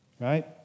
right